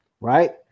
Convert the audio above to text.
right